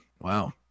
Wow